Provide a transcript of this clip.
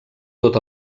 tot